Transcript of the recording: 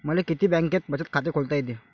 मले किती बँकेत बचत खात खोलता येते?